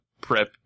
prep